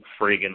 friggin